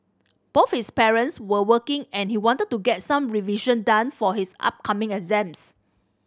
both his parents were working and he wanted to get some revision done for his upcoming exams